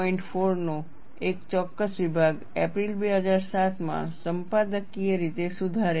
4 નો એક ચોક્કસ વિભાગ એપ્રિલ 2007 માં સંપાદકીય રીતે સુધારેલ છે